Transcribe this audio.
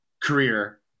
career